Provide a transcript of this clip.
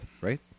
right